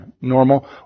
normal